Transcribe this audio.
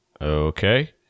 Okay